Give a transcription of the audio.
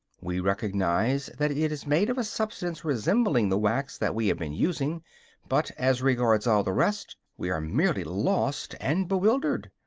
we recognize that it is made of a substance resembling the wax that we have been using but, as regards all the rest, we are merely lost and bewildered.